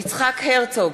יצחק הרצוג,